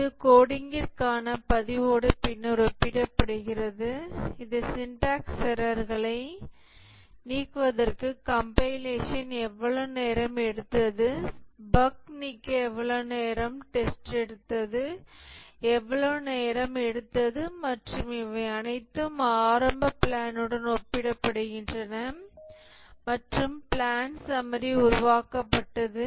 இது கோடிங்கிற்கான பதிவோடு பின்னர் ஒப்பிடப்படுகிறது இது சிண்டாக்ஸ் எரர்களை நீக்குவதற்கு கம்பைலேஷன் எவ்வளவு நேரம் எடுத்தது பஃக் நீக்க எவ்வளவு நேரம் டெஸ்ட் எடுத்தது எவ்வளவு நேரம் எடுத்தது மற்றும் இவை அனைத்தும் ஆரம்ப பிளான் உடன் ஒப்பிடப்படுகின்றன மற்றும் பிளான் சம்மரி உருவாக்கப்பட்டது